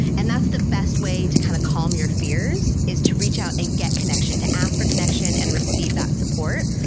and that's the best way to kind of calm your fears, is to reach out and get connection, to ask for connection and receive that support.